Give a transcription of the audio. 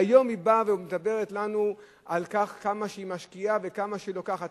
והיום היא באה ואומרת לנו כמה שהיא משקיעה וכמה שהיא לוקחת.